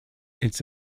its